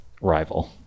rival